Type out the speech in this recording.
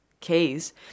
case